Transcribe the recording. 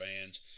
fans